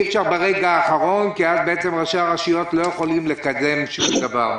אי אפשר ברגע האחרון כי אז בעצם ראשי הרשויות לא יכולים לקדם שום דבר.